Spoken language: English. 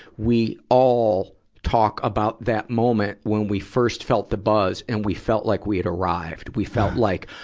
we all talk about that moment when we first felt the buzz, and we felt like we had arrived. we felt like,